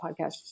Podcast